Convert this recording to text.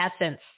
essence